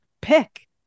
pick